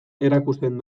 erakusten